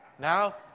Now